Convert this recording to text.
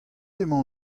emañ